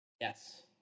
Yes